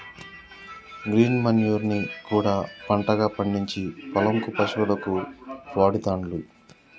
green manure ని కూడా పంటగా పండిచ్చి పొలం కు పశువులకు వాడుతాండ్లు